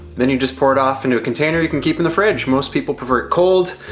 then you just pour it off into a container you can keep in the fridge. most people prefer it cold.